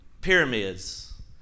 Pyramids